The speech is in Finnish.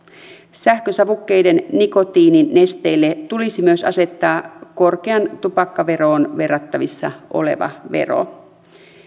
sähkösavukkeiden nikotiininesteille tulisi myös asettaa korkeaan tupakkaveroon verrattavissa oleva vero